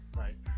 right